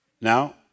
Now